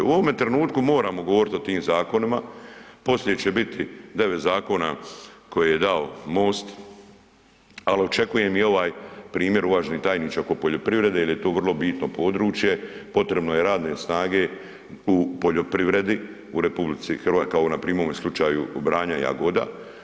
U ovome trenutku moramo govoriti o tim zakonima, poslije će biti 9 zakona koje je dao MOST, al očekujem i ovaj primjer uvaženi tajniče oko poljoprivrede jer je to vrlo bitno područje, potrebno je radne snage u poljoprivredi, u RH, kao npr. u ovom slučaju branja jagoda.